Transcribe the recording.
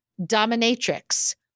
dominatrix